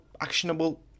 actionable